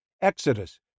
Exodus